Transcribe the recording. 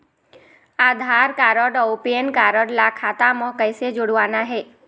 आधार card अऊ PAN card ला खाता म कइसे जोड़वाना हे?